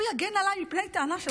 הוא יגן עליי מפני טענה של רצח עם?